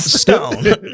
Stone